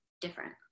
different